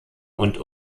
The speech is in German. und